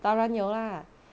当然有啦